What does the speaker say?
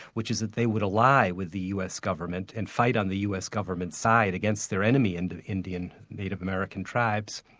which is that they would ally with the us government, and fight on the us government side against their enemy in the indian native american tribes,